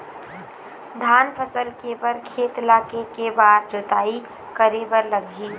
धान फसल के बर खेत ला के के बार जोताई करे बर लगही?